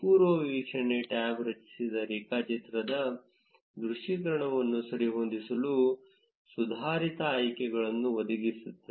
ಪೂರ್ವವೀಕ್ಷಣೆ tab ರಚಿಸಿದ ರೇಖಾಚಿತ್ರನ ದೃಶ್ಯೀಕರಣವನ್ನು ಸರಿಹೊಂದಿಸಲು ಸುಧಾರಿತ ಆಯ್ಕೆಯನ್ನು ಒದಗಿಸುತ್ತದೆ